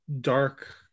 dark